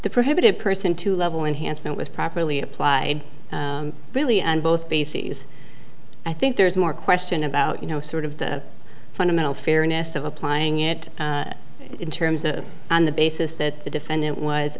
the prohibited person two level enhancement was properly applied really and both bases i think there's more question about you know sort of the fundamental fairness of applying it in terms of the basis that the defendant was